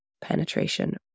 penetration